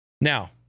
Now